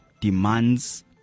Demands